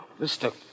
Mr